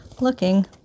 Looking